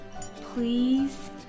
please